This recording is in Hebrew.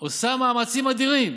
עושה מאמצים אדירים